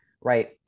right